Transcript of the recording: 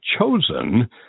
chosen